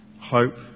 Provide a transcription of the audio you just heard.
hope